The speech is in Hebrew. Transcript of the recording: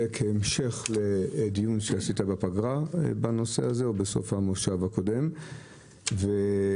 כהמשך לדיון שעשית בפגרה או בסוף המושב הקודם בנושא הזה.